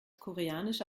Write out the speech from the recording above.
koreanische